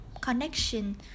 connection